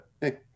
hey